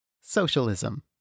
Socialism